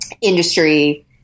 industry